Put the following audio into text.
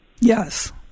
Yes